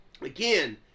again